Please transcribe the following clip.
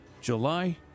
july